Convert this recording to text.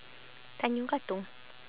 tanjong katong